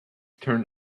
turned